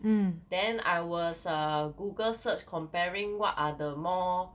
then I was err Google search comparing what are the more